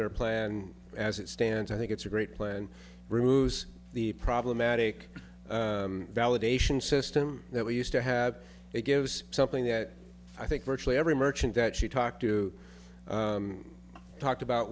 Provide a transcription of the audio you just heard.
their plan as it stands i think it's a great plan ruse the problematic validation system that we used to have it gives something that i think virtually every merchant that she talked to talked about